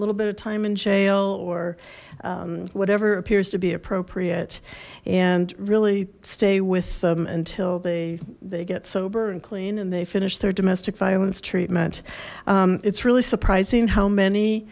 a little bit of time in jail or whatever appears to be appropriate and really stay with them until they they get sober and clean and they finish their domestic violence treatment it's really surprised how many